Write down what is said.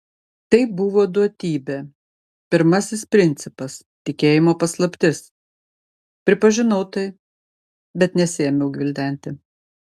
tai buvo duotybė pirmasis principas tikėjimo paslaptis pripažinau tai bet nesiėmiau gvildenti